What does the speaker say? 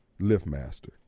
Liftmaster